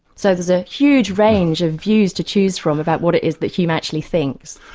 so there's a huge range of views to choose from about what it is that hume actually thinks.